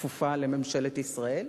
הכפופה לממשלת ישראל,